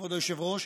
כבוד היושב-ראש,